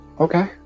Okay